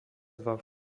dva